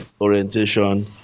orientation